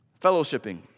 fellowshipping